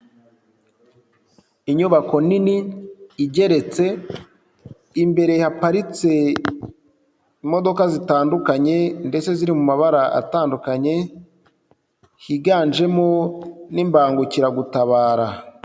Inyubako nini igeretse, imbere haparitse imodoka zitandukanye ndetse ziri mu mabara atandukanye, higanjemo n'imbangukiragutabara.